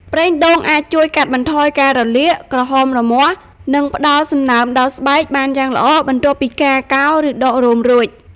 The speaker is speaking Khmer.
ប្រេងដូងអាចជួយ កាត់បន្ថយការរលាក ក្រហមរមាស់ និង ផ្ដល់សំណើមដល់ស្បែក បានយ៉ាងល្អ បន្ទាប់ពីការកោរ ឬដករោមរួច។